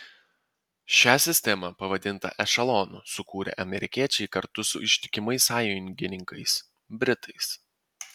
šią sistemą pavadintą ešelonu sukūrė amerikiečiai kartu su ištikimais sąjungininkais britais